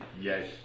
Yes